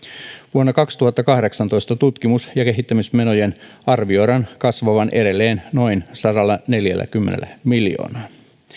vuonna kaksituhattakahdeksantoista tutkimus ja kehittämismenojen arvioidaan kasvavan edelleen noin sadallaneljälläkymmenellä miljoonalla